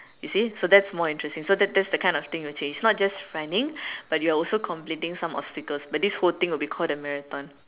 you see so that's more interesting so that thats the kind of thing to change it's not just running but you're also completing some obstacle but this whole thing will be called the marathon